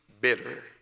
bitter